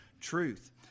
truth